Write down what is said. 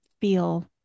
feel